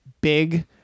big